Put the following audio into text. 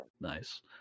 Nice